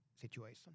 situation